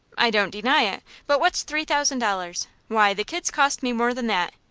i don't deny it but what's three thousand dollars? why, the kid's cost me more than that.